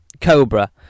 Cobra